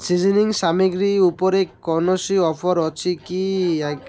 seasoning ସାମଗ୍ରୀ ଉପରେ କୌଣସି ଅଫର୍ ଅଛି କି